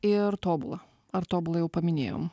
ir tobula ar tobula jau paminėjom